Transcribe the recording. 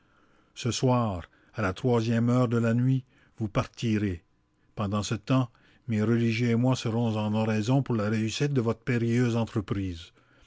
ce soir à la troisième heure de la nuit vous partirez pendant ce tems mes religieux et moi serons en oraison pour la réussite de votre périlleuse entreprise